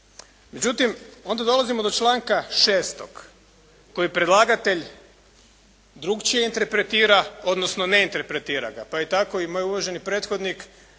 Međutim onda dolazimo do članka 6. koji predlagatelj drukčije interpretira odnosno ne interpretira ga pa je tako i moj uvaženi prethodnik